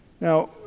Now